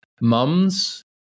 Mums